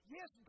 Yes